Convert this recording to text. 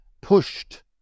pushed